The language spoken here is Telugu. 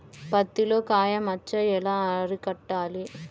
పత్తిలో కాయ మచ్చ ఎలా అరికట్టాలి?